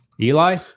Eli